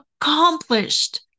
accomplished